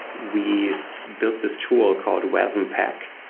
we built this tool called wasm-pack,